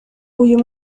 uyu